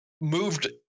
moved